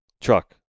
truck